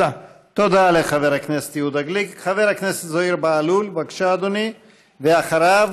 חבר הכנסת זוהיר בהלול, בבקשה, אדוני, ואחריו,